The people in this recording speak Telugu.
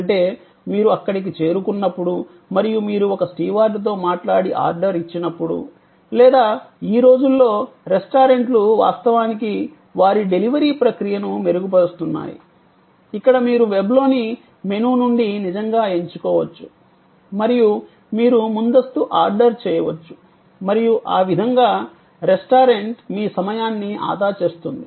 అంటే మీరు అక్కడికి చేరుకున్నప్పుడు మరియు మీరు ఒక స్టీవార్డ్తో మాట్లాడి ఆర్డర్ ఇచ్చినప్పుడు లేదా ఈ రోజుల్లో రెస్టారెంట్లు వాస్తవానికి వారి డెలివరీ ప్రక్రియను మెరుగుపరుస్తున్నాయి ఇక్కడ మీరు వెబ్లోని మెను నుండి నిజంగా ఎంచుకోవచ్చు మరియు మీరు ముందస్తు ఆర్డర్ చేయవచ్చు మరియు ఆ విధంగా రెస్టారెంట్ మీ సమయాన్ని ఆదా చేస్తుంది